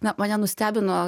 na mane nustebino